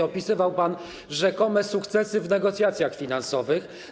Opisywał pan rzekome sukcesy w negocjacjach finansowych.